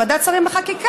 ועדת שרים לחקיקה,